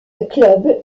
club